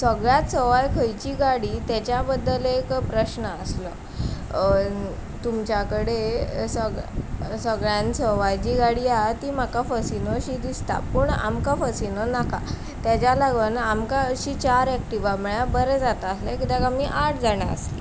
सगल्यांत सवाय खंयची गाडी तेज्या बद्दल एक प्रश्न आसलो तुमच्या कडेन सगळ्या सगळ्यांन सवाय जी गाडी आहा ती म्हाका फसिनो शी दिसता पूण आमकां फसिनो नाका तेज्या लागोन आमकां अशी चार एक्टिवा मेळ्ळ्यार बरें जातासलें किद्याक म्हाका आठ जाणां आसलीं